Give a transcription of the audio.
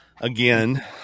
again